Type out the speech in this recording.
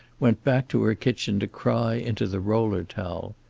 went back to her kitchen to cry into the roller towel.